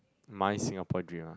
my Singapore dream ah